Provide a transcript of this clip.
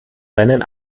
seinen